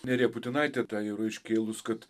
nerija putinaitė tą jau yra iškėlus kad